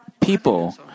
People